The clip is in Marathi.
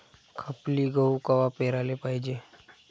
खपली गहू कवा पेराले पायजे?